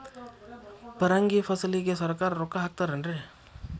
ಪರಂಗಿ ಫಸಲಿಗೆ ಸರಕಾರ ರೊಕ್ಕ ಹಾಕತಾರ ಏನ್ರಿ?